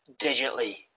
digitally